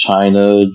China